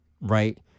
right